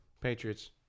Patriots